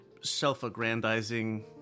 self-aggrandizing